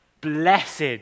Blessed